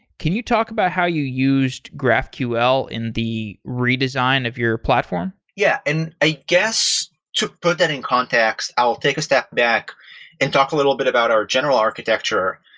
can you talk about how you used graphql in the redesign of your platform? yeah. and i guess to put that in context, i'll take step back and talk a little bit about our general architecture.